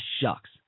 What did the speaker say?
shucks